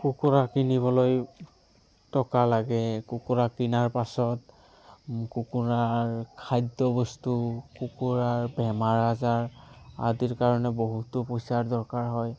কুকুৰা কিনিবলৈ টকা লাগে কুকুৰা কিনাৰ পাছত কুকুৰাৰ খাদ্যবস্তু কুকুৰাৰ বেমাৰ আজাৰ আদিৰ কাৰণে বহুতো পইচাৰ দৰকাৰ হয়